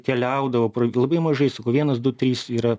keliaudavo labai mažai sakau vienas du trys yra